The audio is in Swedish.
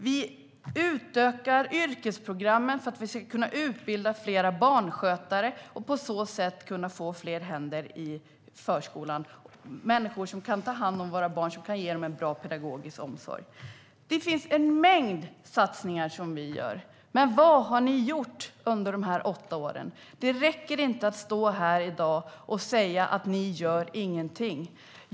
Vi utökar yrkesprogrammen för att fler barnskötare ska kunna utbildas så att vi på så sätt får fler händer i förskolan - människor som kan ta hand om våra barn och ge dem en bra pedagogisk omsorg. Det är en mängd satsningar som vi gör. Men vad har ni gjort under de åtta åren? Det räcker inte att stå här i dag och säga att vi inte gör någonting.